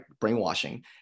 brainwashing